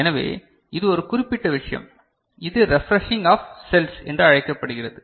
எனவே இது ஒரு குறிப்பிட்ட விஷயம் இது ரெஃப்ரஷிங் ஆஃப் செல்ஸ் என்று அழைக்கப்படுகிறது